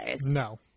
No